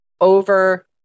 over